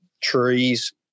Trees